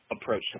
approach